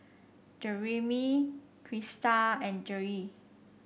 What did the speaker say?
Jereme Crysta and Gerri